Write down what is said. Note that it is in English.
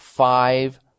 Five